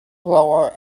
blower